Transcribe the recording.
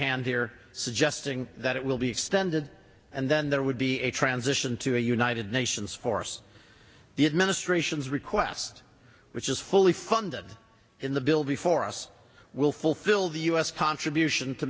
hand here suggesting that it will be extended and then there would be a transition to a united nations force the administration's request which is fully funded in the bill before us will fulfill the u s contribution to